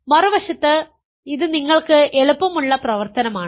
മറുവശത്ത് ഇത് നിങ്ങൾക്ക് എളുപ്പമുള്ള പ്രവർത്തനമാണ്